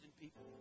people